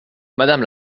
madame